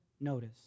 notice